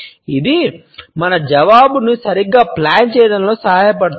ఇది మన జవాబును సరిగ్గా ప్లాన్ చేయడంలో సహాయపడుతుంది